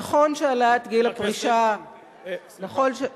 נכון שהעלאת גיל הפרישה הוקפאה לפי שעה,